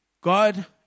God